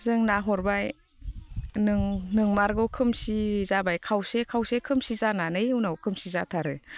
जों नायहरबाय नंमारगौ खोमसि जाबाय खावसे खावसे खोमसि जानानै उनाव खोमसि जाथारो